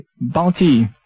bounty